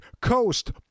Coast